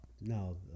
No